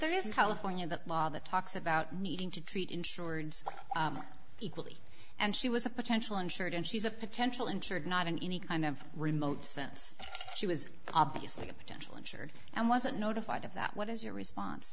there is california the law that talks about needing to treat insureds equally and she was a potential injured and she's a potential injured not in any kind of remote sense she was obviously a potential injured and wasn't notified of that what is your response